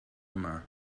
yma